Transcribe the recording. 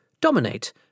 dominate